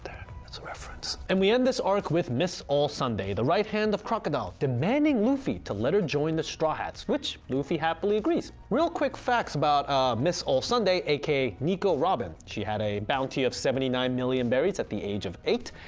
it's a reference. and we end this arc with ms. all sunday, the right hand of crocodile, demanding luffy to let her join the straw hats, which luffy happily agrees. real quick facts about ah ms. all sunday aka. nico robin, she had a bounty of seventy nine million berries at age eight,